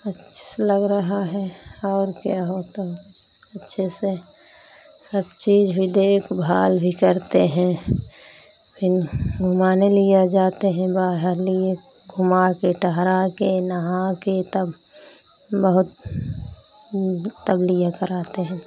अच्छे से लग रहा है और क्या हो तो अच्छे से सब चीज़ भी देखभाल भी करते हैं फिर घुमाने लिया जाते हैं बाहर लिए घुमा के टहराकर नहाकर तब बहुत तब लियाकर आते हैं